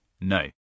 no